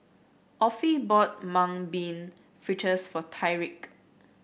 Offie bought Mung Bean Fritters for Tyrik